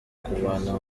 kuvana